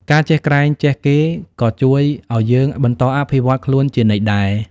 ការចេះក្រែងចេះគេ ក៏ជួយឲ្យយើង បន្តអភិវឌ្ឍខ្លួន ជានិច្ចដែរ។